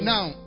Now